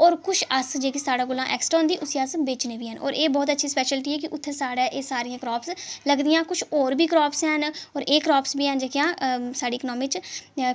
होर कुछ ऐसी जेह्की साढ़े कोला एक्सट्रा होंदी उसी अस बेचने बी हैन होर एह् बड़ी अच्छी स्पेशलिटी ऐ कि उत्थें साढ़े एह् सारियां क्रॉप्स लगदियां कुछ होर बी क्रॉप्स हैन एह् क्रॉप्स बी हैन जेह्कियां साढ़ी इकोनॉमी बिच